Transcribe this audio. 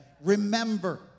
Remember